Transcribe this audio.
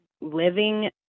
living